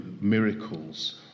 miracles